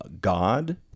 God